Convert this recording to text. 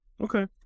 Okay